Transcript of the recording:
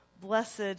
blessed